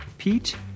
Pete